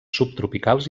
subtropicals